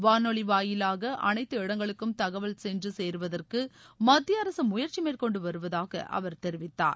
வானொலி வாயிலாக அனைத்து இடங்களுக்கும் தகவல்கள் சென்று சேருவதற்கு மத்திய அரசு முயற்சி மேற்கொண்டு வருவதாக அவர் தெரிவித்தார்